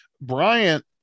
Bryant